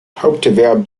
haupterwerb